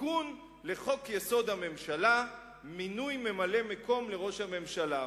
תיקון לחוק-יסוד: הממשלה (מינוי ממלא-מקום לראש הממשלה).